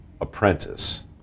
apprentice